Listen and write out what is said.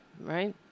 right